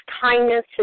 kindness